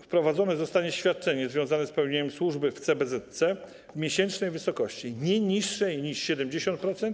Wprowadzone zostanie świadczenie związane z pełnieniem służby w CBZC w miesięcznej wysokości nie niższej niż 70%